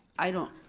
i don't,